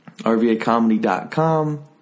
rvacomedy.com